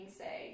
say